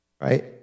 right